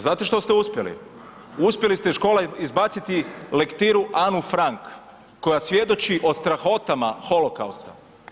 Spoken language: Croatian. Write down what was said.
Znate što ste uspjeli, uspjeli ste iz škola izbaciti lektiru Anu Frank koja svjedoči o strahotama holokausta.